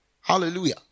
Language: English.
Hallelujah